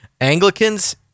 Anglicans